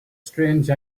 strange